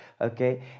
okay